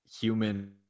human